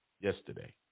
yesterday